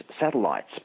satellites